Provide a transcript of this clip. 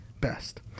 best